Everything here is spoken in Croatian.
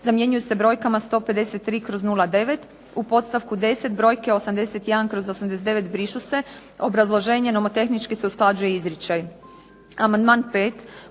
zamjenjuju se brojkama 153/09. U podstavku 10. brojke 81/89 brišu se. Obrazloženje. Nomotehnički se usklađuje izričaj.